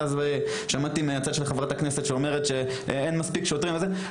ואז שמעתי מהצד של חברת הכנסת שאומרת שאין מספיק שוטרים וזה.